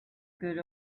good